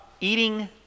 eating